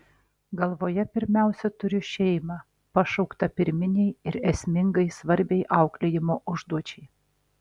galvoje pirmiausia turiu šeimą pašauktą pirminei ir esmingai svarbiai auklėjimo užduočiai